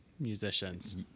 musicians